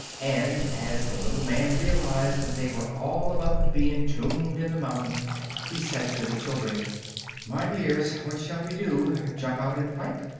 and as the little man realized that they were all about to be entombed in the mountain he said to the children my dears, what shall we do? jump out and fight?